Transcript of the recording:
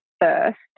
first